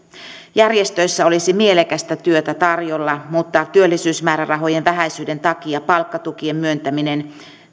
järjestöissä olisi mielekästä työtä tarjolla mutta työllisyysmäärärahojen vähäisyyden takia palkkatukien myöntäminen